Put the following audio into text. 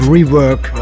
Rework